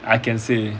I can say